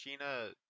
Sheena